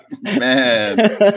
Man